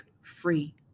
free